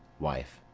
wife.